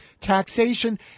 taxation